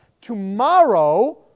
Tomorrow